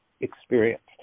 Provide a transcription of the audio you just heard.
experience